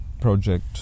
project